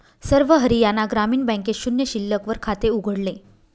सर्व हरियाणा ग्रामीण बँकेत शून्य शिल्लक वर खाते उघडले